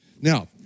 Now